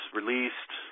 released